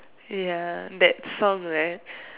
ya that song right